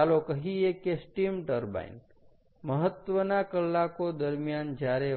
ચાલો કહીએ કે સ્ટીમ ટર્બાઇન મહત્ત્વના કલાકો દરમ્યાન